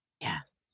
Yes